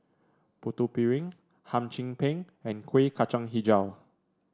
Putu Piring Hum Chim Peng and Kuih Kacang hijau